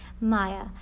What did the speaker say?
Maya